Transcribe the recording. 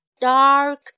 dark